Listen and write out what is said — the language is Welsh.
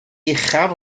uchaf